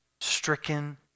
stricken